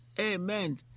Amen